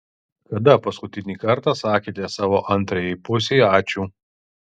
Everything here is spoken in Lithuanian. kada paskutinį kartą sakėte savo antrajai pusei ačiū